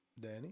Danny